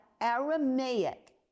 Aramaic